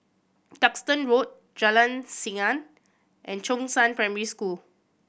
Duxton Road Jalan Senang and Chongzheng Primary School